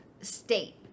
state